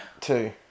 Two